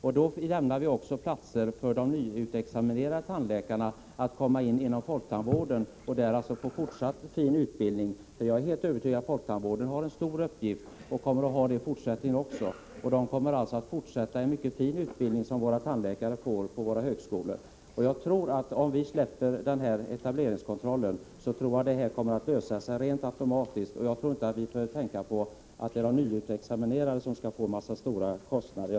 Då lämnar vi också platser för de nyutexaminerade tandläkarna att komma in inom folktandvården och där få fortsatt fin utbildning. Jag är helt övertygad om att folktandvården har en stor uppgift att fylla, och den kommer att ha det även i fortsättningen. Man kommer alltså att få en fortsättning på den mycket fina utbildning som tandläkarna på våra högskolor får. Om vi släpper etableringskontrollen tror jag att detta kommer att lösa sig rent automatiskt. Jag tror inte att vi behöver tänka på att de nyutexaminerade skall få en massa höga kostnader.